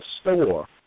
store